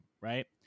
right